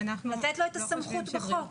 לתת לו את הסמכות בחוק.